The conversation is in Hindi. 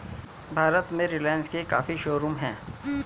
भारत में रिलाइन्स के काफी शोरूम हैं